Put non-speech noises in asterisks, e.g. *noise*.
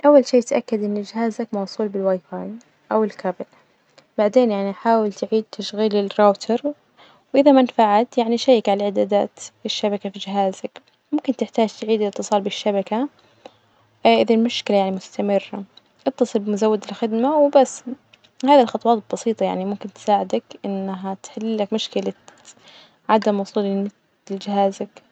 أول شي تأكد إن جهازك موصول بالواي فاي أو الكابل، بعدين يعني حاول تعيد تشغيل الراوتر، وإذا ما نفعت يعني شيك عالإعدادات الشبكة في جهازك، ممكن تحتاج تعيد الإتصال بالشبكة *hesitation* إذا المشكلة يعني مستمرة إتصل بمزود الخدمة وبس، هذي الخطوات البسيطة يعني ممكن تساعدك إنها تحل لك مشكلة عدم وصول النت لجهازك.